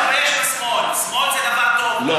אין מה להתבייש בשמאל, שמאל זה דבר טוב, אני יודע.